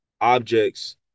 objects